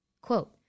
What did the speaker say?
Quote